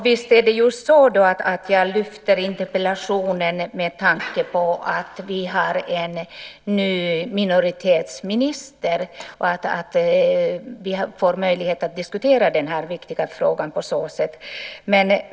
Visst är det så att jag skrev interpellationen med tanke på att vi har en ny minoritetsminister. På så sätt får vi möjlighet att diskutera den här viktiga frågan.